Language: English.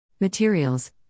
Materials